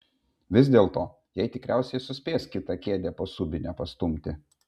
vis dėlto jai tikriausiai suspės kitą kėdę po subine pastumti